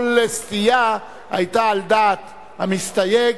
כל סטייה היתה על דעת המסתייג,